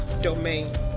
domain